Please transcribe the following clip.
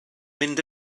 mynd